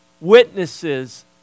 witnesses